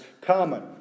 common